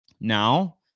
Now